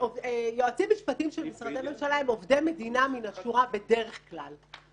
יועצים משפטיים של משרדי ממשלה הם עובדי מדינה מן השורה בדרך כלל.